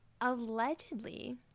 allegedly